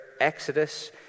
exodus